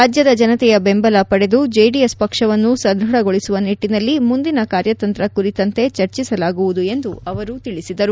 ರಾಜ್ಯದ ಜನತೆಯ ಬೆಂಬಲ ಪಡೆದು ಜೆಡಿಎಸ್ ಪಕ್ಷವನ್ನು ಸದೃಢಗೊಳಿಸುವ ನಿಟ್ಟನಲ್ಲಿ ಮುಂದಿನ ಕಾರ್ಯತಂತ್ರ ಕುರಿತಂತೆ ಚರ್ಚಿಸಲಾಗುವುದು ಎಂದು ಅವರು ತಿಳಿಸಿದರು